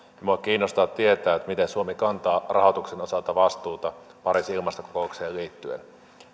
minua kiinnostaa tietää miten suomi kantaa rahoituksen osalta vastuuta pariisin ilmastokokoukseen liittyen